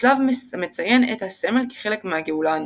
הצלב המציין את הסמל כחלק מהגאולה האנושית.